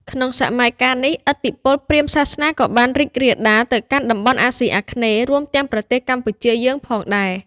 ក្នុងសម័យកាលនេះ ឥទ្ធិពលព្រាហ្មណ៍សាសនាក៏បានរីករាលដាលទៅកាន់តំបន់អាស៊ីអាគ្នេយ៍ រួមទាំងប្រទេសកម្ពុជាយើងផងដែរ។